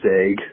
egg